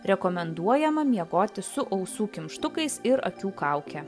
rekomenduojama miegoti su ausų kimštukais ir akių kauke